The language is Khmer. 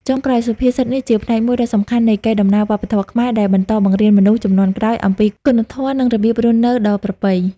ចុងក្រោយ សុភាសិតនេះជាផ្នែកមួយដ៏សំខាន់នៃកេរដំណែលវប្បធម៌ខ្មែរ ដែលបន្តបង្រៀនមនុស្សជំនាន់ក្រោយអំពីគុណធម៌ និងរបៀបរស់នៅដ៏ប្រពៃ។